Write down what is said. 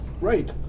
right